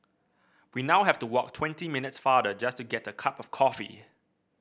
we now have to walk twenty minutes farther just to get a cup of coffee